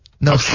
No